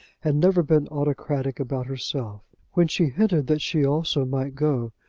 had never been autocratic about herself. when she hinted that she also might go,